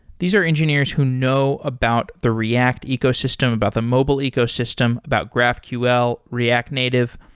these are engineers who know about the react ecosystem, about the mobile ecosystem, about graphql, react native.